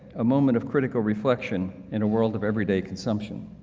a moment of critical reflection in a world of everyday consumption.